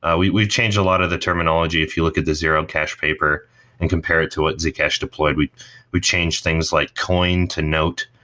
ah we've we've changed a lot of the terminology if you look at the zero cash paper and compare it to what zcash deployed we've we've changed things like coin to note,